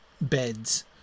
beds